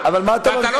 אתה יושב-ראש של כולם.